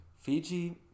Fiji